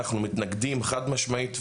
אנחנו מתנגדים חד משמעית,